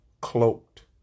cloaked